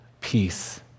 peace